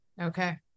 okay